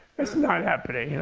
it's not happening. you know